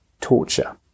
torture